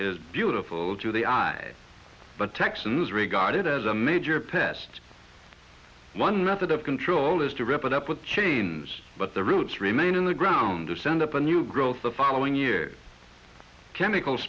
is beautiful to the eye but texans regard it as a major pest one method of control is to wrap it up with chains but the roots remain in the ground or send up a new growth the following year chemical